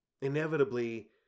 Inevitably